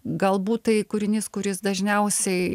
galbūt tai kūrinys kuris dažniausiai